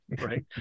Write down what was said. Right